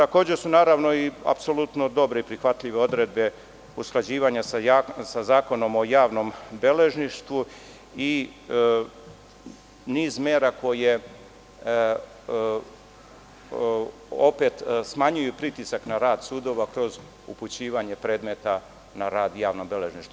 Apsolutno su dobre i prihvatljive odredbe usklađivanja sa Zakonom o javnom beležništvu i niz mera koje opet smanjuju pritisak na rad sudova kroz upućivanje predmeta na rad u javno beležništvo.